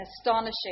astonishing